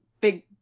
big